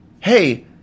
Hey